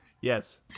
Yes